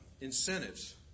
incentives